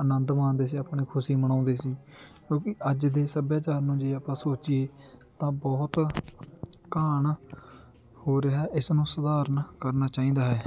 ਆਨੰਦ ਮਾਣਦੇ ਸੀ ਆਪਣੇ ਖੁਸ਼ੀ ਮਨਾਉਂਦੇ ਸੀ ਕਿਉਂਕਿ ਅੱਜ ਦੇ ਸੱਭਿਆਚਾਰ ਨੂੰ ਜੇ ਆਪਾਂ ਸੋਚੀਏ ਤਾਂ ਬਹੁਤ ਘਾਣ ਹੋ ਰਿਹਾ ਇਸ ਨੂੰ ਸੁਧਾਰ ਕਰਨਾ ਚਾਹੀਦਾ ਹੈ